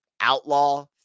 outlaw